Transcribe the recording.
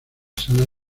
salas